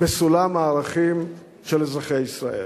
בסולם הערכים של אזרחי ישראל.